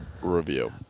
review